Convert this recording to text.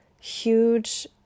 huge